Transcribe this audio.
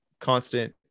constant